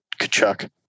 Kachuk